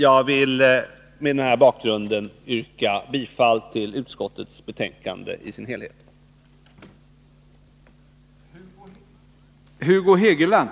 Jag vill mot den här bakgrunden yrka bifall till utskottets hemställan i dess helhet.